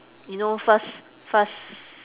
you know first first